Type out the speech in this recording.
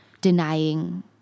denying